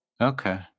Okay